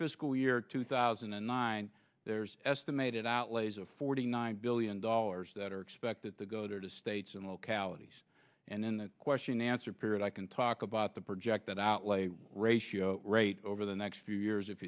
fiscal year two thousand and nine there's estimated outlays of forty nine billion dollars that are expected to go to states and localities and then the question answer period i can talk about the project that outlay ratio rate over the next few years if